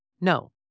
No